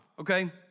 okay